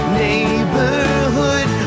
neighborhood